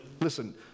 Listen